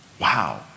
wow